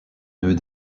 nœud